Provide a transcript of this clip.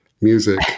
music